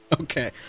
Okay